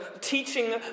teaching